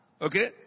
Okay